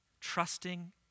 trusting